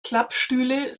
klappstühle